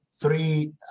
three